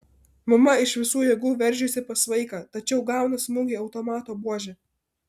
mama iš visų jėgų veržiasi pas vaiką tačiau gauna smūgį automato buože